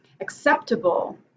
acceptable